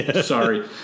sorry